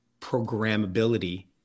programmability